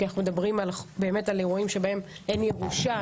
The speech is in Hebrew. כי אנחנו מדברים על באמת אירועים שבהם אין ירושה,